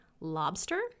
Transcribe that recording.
lobster